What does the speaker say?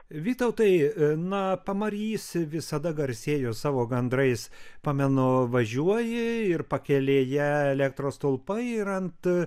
vytautai na pamarys visada garsėjo savo gandrais pamenu važiuoji ir pakelėje elektros stulpai ir ant